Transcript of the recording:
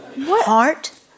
Heart